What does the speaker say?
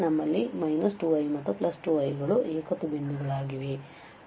ನಮ್ಮಲ್ಲಿ 2i ಮತ್ತು 2i ಗಳು ಏಕತ್ವ ಬಿಂದುಗಳಾಗಿವೆ